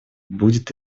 будет